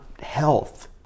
health